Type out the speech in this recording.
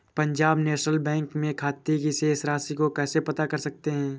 Punjab national bank में खाते की शेष राशि को कैसे पता कर सकते हैं?